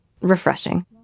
refreshing